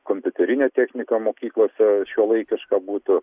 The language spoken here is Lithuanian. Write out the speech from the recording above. kompiuterinė technika mokyklose šiuolaikiška būtų